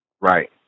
Right